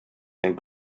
and